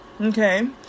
Okay